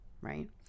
right